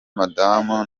madamu